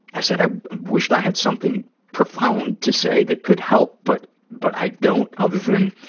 i said i wished i had something profound to say that could help, but but i don't, other than